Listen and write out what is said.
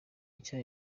nshya